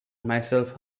myself